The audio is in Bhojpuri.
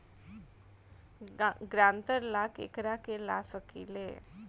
ग्रांतर ला केकरा के ला सकी ले?